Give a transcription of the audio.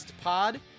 Pod